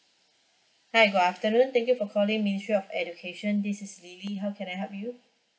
hi good afternoon thank you for calling ministry of education this is lily how can I help you